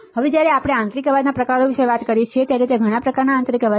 હવે જ્યારે આપણે આંતરિક અવાજના પ્રકારો વિશે વાત કરીએ છીએ તો ત્યાં ઘણા પ્રકારના આંતરિક અવાજ છે